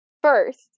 First